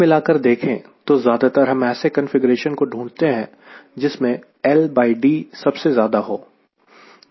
कुल मिलाकर देखें तो ज्यादातर हम ऐसे कंफीग्रेशन को ढूंढते हैं जिसमें LD सबसे ज्यादा हो